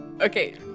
Okay